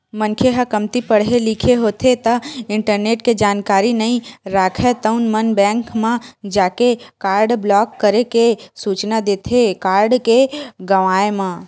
मनखे ह कमती पड़हे लिखे होथे ता इंटरनेट के जानकारी नइ राखय तउन मन बेंक म जाके कारड ब्लॉक करे के सूचना देथे कारड के गवाय म